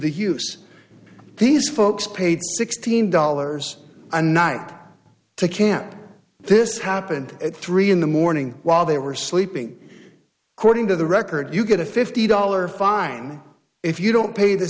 the use these folks paid sixteen dollars a night to camp this happened at three in the morning while they were sleeping according to the record you get a fifty dollar fine if you don't pay the